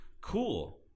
cool